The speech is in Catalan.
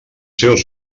seus